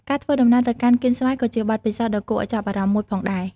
ការធ្វើដំណើរទៅកាន់កៀនស្វាយក៏ជាបទពិសោធន៍ដ៏គួរឲ្យចាប់អារម្មណ៍មួយផងដែរ។